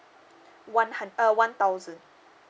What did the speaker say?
one uh one thousand